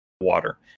water